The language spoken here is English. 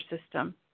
system